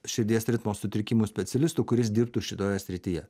širdies ritmo sutrikimų specialistų kuris dirbtų šitoje srityje